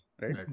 right